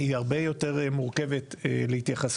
היא הרבה יותר מורכבת להתייחסות.